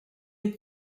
est